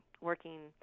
working